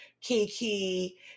kiki